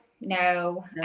no